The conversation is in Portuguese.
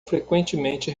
frequentemente